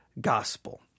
gospel